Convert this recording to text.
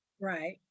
Right